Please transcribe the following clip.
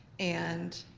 and